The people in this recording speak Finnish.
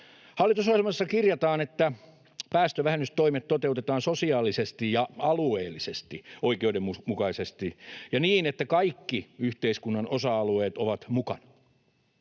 Hallitusohjelmassa kirjataan, että päästövähennystoimet toteutetaan sosiaalisesti ja alueellisesti oikeudenmukaisesti ja niin, että kaikki yhteiskunnan osa-alueet ovat mukana.